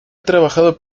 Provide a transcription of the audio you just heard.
trabajado